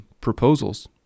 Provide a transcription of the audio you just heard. proposals